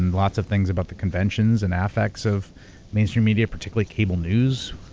and lots of things about the conventions and affects of mainstream media, particularly cable news,